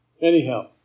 Anyhow